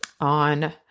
on